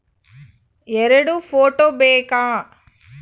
ಎರಡು ಫೋಟೋ ಬೇಕಾ?